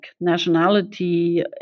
nationality